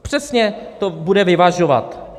Přesně to bude vyvažovat.